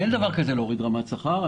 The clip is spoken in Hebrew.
אין דבר כזה להוריד רמת שכר.